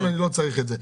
אני לא צריך את זה.